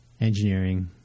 engineering